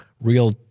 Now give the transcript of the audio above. real